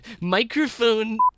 microphone